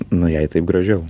nu jai taip gražiau